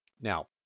Now